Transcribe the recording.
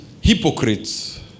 hypocrites